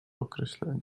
określenie